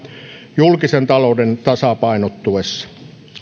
julkisen talouden tasapainottuessa